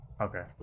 Okay